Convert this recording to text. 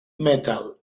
metal